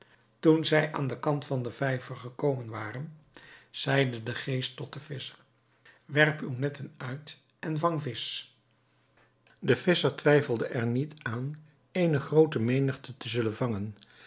toen zij aan den kant van den vijver gekomen waren zeide de geest tot den visscher werp uwe netten uit en vang visch de visscher twijfelde er niet aan eene groote menigte te zullen vangen